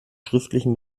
schriftlichen